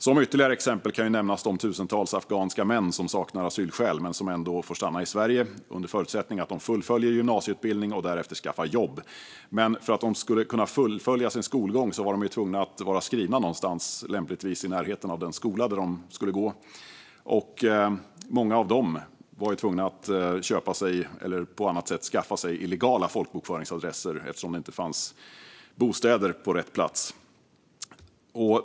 Som ytterligare exempel kan nämnas de tusentals afghanska män som saknar asylskäl men ändå får stanna i Sverige under förutsättning att de fullföljer gymnasieutbildning och därefter skaffar jobb. Men för att de skulle kunna fullfölja sin skolgång var de tvungna att vara skrivna någonstans, lämpligtvis i närheten av den skola de skulle gå i. Många av dessa var tvungna att köpa eller på annat sätt skaffa sig illegala folkbokföringsadresser eftersom det inte fanns bostäder på rätt plats.